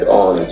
on